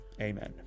amen